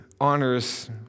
honors